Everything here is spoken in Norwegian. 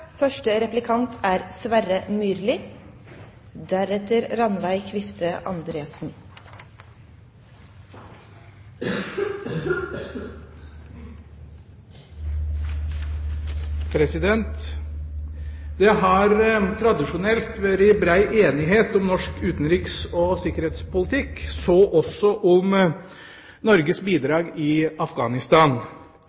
Det har tradisjonelt vært bred enighet om norsk utenriks- og sikkerhetspolitikk, så også om Norges